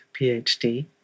PhD